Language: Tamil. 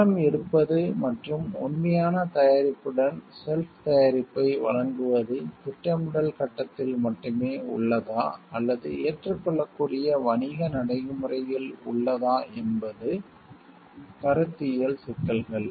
ஏலம் எடுப்பது மற்றும் உண்மையான தயாரிப்புடன் ஷெல்ஃப் தயாரிப்பை வழங்குவது திட்டமிடல் கட்டத்தில் மட்டுமே உள்ளதா அல்லது ஏற்றுக்கொள்ளக்கூடிய வணிக நடைமுறையில் உள்ளதா என்பது கருத்தியல் சிக்கல்கள்